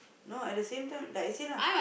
no at the same time like I said lah